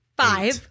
five